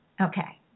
Okay